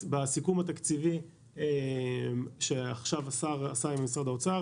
בסיכום התקציבי שהשר עשה עכשיו עם משרד האוצר